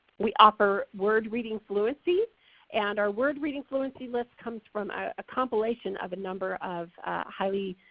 we offer word reading fluency and our word reading fluency list comes from a compilation of a number of highly